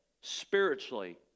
spiritually